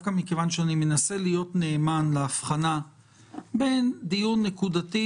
דווקא מכיוון שאני מנסה להיות נאמן להבחנה בין דיון נקודתי,